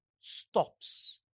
stops